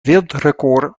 wereldrecord